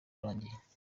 urangiye